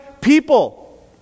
people